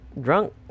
drunk